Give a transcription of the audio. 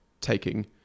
taking